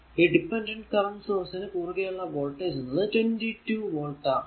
ഈ dependent current source നു കുറുകെ ഉള്ള വോൾടേജ് എന്നത് 22 വോൾട് ആണ്